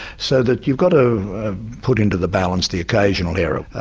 so that you've got to put into the balance the occasional error,